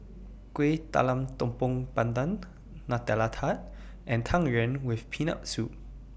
Kueh Talam Tepong Pandan Nutella Tart and Tang Yuen with Peanut Soup